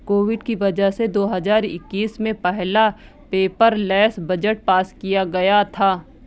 Covid की वजह से दो हजार इक्कीस में पहला पेपरलैस बजट पास किया गया था